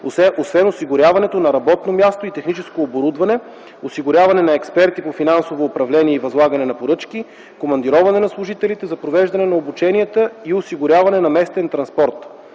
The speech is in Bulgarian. освен осигуряването на работно място и техническо оборудване, осигуряване на експерти по финансово управление и по възлагане на поръчки, командироване на служителите за провеждане на обученията и осигуряване на местен транспорт.